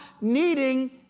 needing